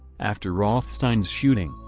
after rothstein's shooting,